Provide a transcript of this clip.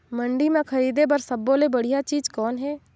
मंडी म खरीदे बर सब्बो ले बढ़िया चीज़ कौन हे?